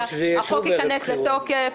החוק ייכנס לתוקף.